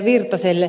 virtaselle